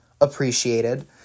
appreciated